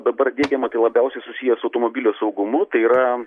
dabar diegiama tai labiausiai susiję su automobilio saugumu tai yra